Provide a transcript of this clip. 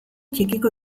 txikiko